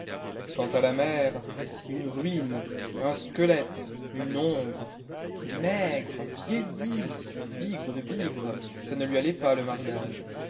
quant à la mère une ruine un squelette une ombre maigre vieillie bigre de bigre ça ne lui allait pas le mariage